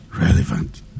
relevant